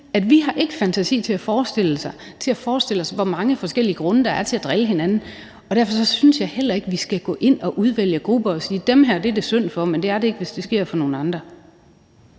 har fantasi til at forestille os, hvor mange forskellige grunde der er til at drille hinanden. Derfor synes jeg heller ikke, at vi skal gå ind og udvælge grupper og sige: Dem her er det synd for, men det er det ikke, hvis det sker for nogle andre.